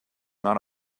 not